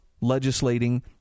legislating